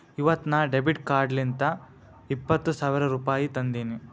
ಇವತ್ ನಾ ಡೆಬಿಟ್ ಕಾರ್ಡ್ಲಿಂತ್ ಇಪ್ಪತ್ ಸಾವಿರ ರುಪಾಯಿ ತಂದಿನಿ